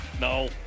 No